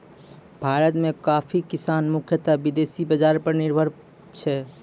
भारत मॅ कॉफी किसान मुख्यतः विदेशी बाजार पर निर्यात पर निर्भर छै